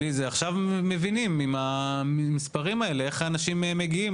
עכשיו מבינים עם המספרים האלה איך אנשים מגיעים